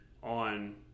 On